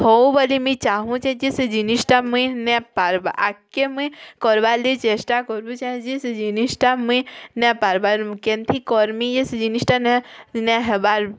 ହଉ ବୋଲି ମୁଇଁ ଚାହୁଁଚେ ଯେ ସେ ଜିନିଷ୍ଟା ମୁଇଁ ନେହିଁପାରବା ଆଗ୍କେ ମୁଇଁ କର୍ବା ଲାଗି ଚେଷ୍ଟା କରୁଚେ ଯେ ସେ ଜିନିଷ୍ଟା ମୁଇଁ ନାଇଁପାରବା କେନ୍ତି କର୍ମି ସେ ଜିନିସଶ୍ଟା ନା ନାଇଁହେବାର୍